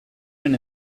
been